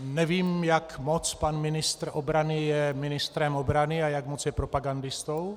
Nevím, jak moc pan ministr obrany je ministrem obrany a jak moc je propagandistou.